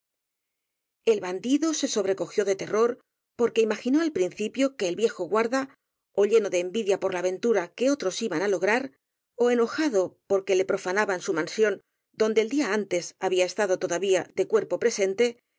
el bandido se sobrecogió de terror porque ima ginó al principio que el viejo guarda ó lleno de envidia por la ventura que otros iban á lograr ó enojado porque le profanaban su mansión donde el día antes había estado todavía de cuerpo